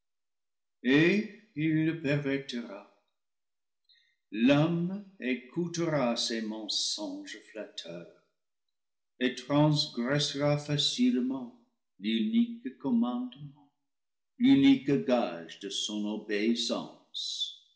il le pervertira l'homme écoutera ses mensonges flatteurs et transgressera facilement l'unique commandement l'unique gage de son